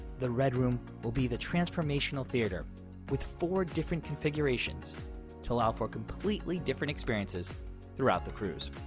the red room will be the transformational theater with four different configurations to allow for completely different experiences throughout the cruise.